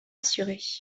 assurée